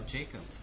Jacob